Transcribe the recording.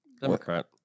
Democrat